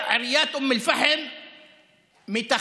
עיריית אום אל-פחם מתכננת,